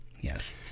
yes